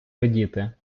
радіти